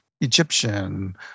Egyptian